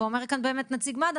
ואומר כאן באמת נציג מד"א,